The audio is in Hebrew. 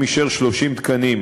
התשע"ה 2015,